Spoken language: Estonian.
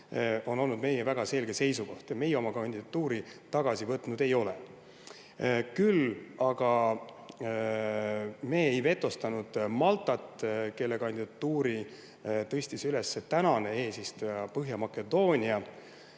on olnud meil väga selge seisukoht, et meie oma kandidatuuri tagasi ei võtnud. Jah, me ei vetostanud Maltat, kelle kandidatuuri tõstis üles tänane eesistuja Põhja-Makedoonia.